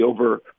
over